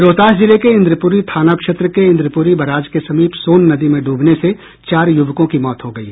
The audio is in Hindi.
रोहतास जिले के इंद्रपुरी थाना क्षेत्र के इंद्रपुरी बराज के समीप सोन नदी में ड्रबने से चार युवकों की मौत हो गयी